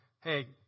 hey